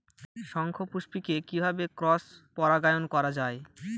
শঙ্খপুষ্পী কে কিভাবে ক্রস পরাগায়ন করা যায়?